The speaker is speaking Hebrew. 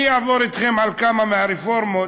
אני אעבור אתכם על כמה מהרפורמות,